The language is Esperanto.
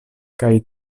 kaj